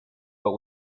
but